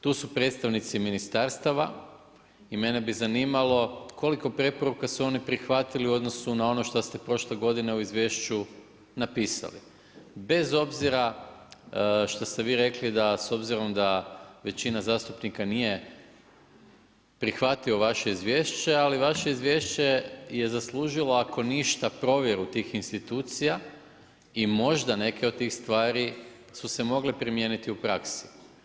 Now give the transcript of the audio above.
Tu su predstavnici ministarstava i mene bi zanimalo koliko preporuka su oni prihvatili u odnosu na ono što ste prošle godine u izvješću napisali bez obzira šta ste vi rekli da s obzirom da većina zastupnika nije prihvatio vaše izvješće, ali vaše izvješće je zaslužilo ako ništa provjeru tih institucija i možda neke od tih stvari su se mogle primijeniti u praksi.